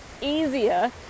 easier